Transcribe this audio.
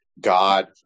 God